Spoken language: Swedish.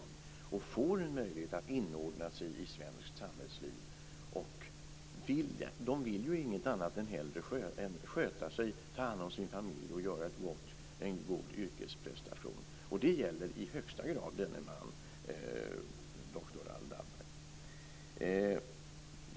Det är viktigt att de får en möjlighet att inordna sig svenskt samhällsliv. De vill ju inget hellre än att sköta sig, ta hand som sina familjer och göra goda yrkesprestationer. Det gäller i högsta grad denne man, doktor Al-Dabbagh.